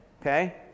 okay